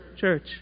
church